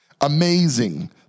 amazing